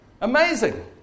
Amazing